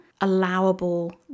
allowable